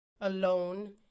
Alone